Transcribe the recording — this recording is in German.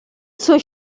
zur